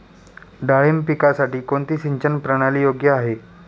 डाळिंब पिकासाठी कोणती सिंचन प्रणाली योग्य आहे?